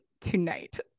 tonight